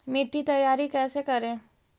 मिट्टी तैयारी कैसे करें?